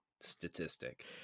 statistic